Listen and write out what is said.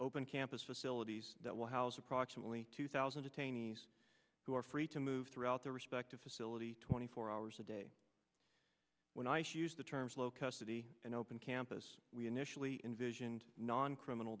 open campus facilities that will house approximately two thousand attaining who are free to move throughout their respective facility twenty four hours a day when i should use the terms low custody and open campus we initially envisioned non criminal